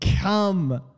Come